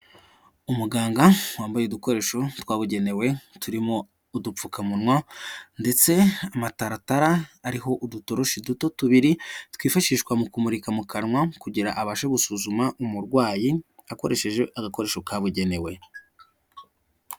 Umuganga wambaye udukoresho twabugenewe turimo udupfukamunwa ndetse amataratara ariho udutoroshi duto tubiri twifashishwa mu kumurika mu kanwa kugira abashe gusuzuma umurwayi akoresheje agakoresho kabugenewe.